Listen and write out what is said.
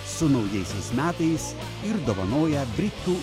su naujaisiais metais ir dovanoja britų